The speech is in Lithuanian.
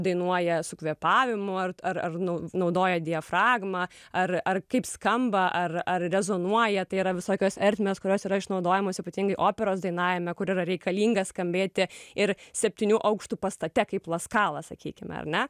dainuoja su kvėpavimu ar ar naudoja diafragmą ar kaip skamba ar ar rezonuoja tai yra visokios ertmės kurios yra išnaudojamos ypatingai operos dainavime kur yra reikalinga skambėti ir septynių aukštų pastate kaip laskala sakykime ar ne